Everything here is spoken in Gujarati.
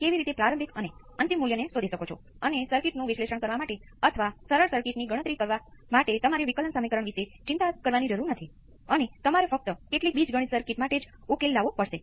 એમ્પ્લિટ્યુડ કેટલો બદલાશે અને ફેશ કેટલો બદલાશે તે સર્કિટ પર આધાર રાખે છે